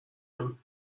him